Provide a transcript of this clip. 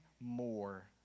more